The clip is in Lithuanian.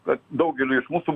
kad daugeliui iš mūsų